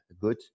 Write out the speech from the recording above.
good